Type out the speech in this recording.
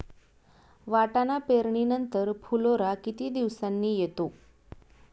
वाटाणा पेरणी नंतर फुलोरा किती दिवसांनी येतो?